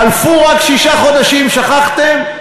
חלפו רק שישה חודשים, שכחתם?